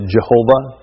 Jehovah